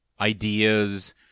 ideas